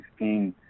2016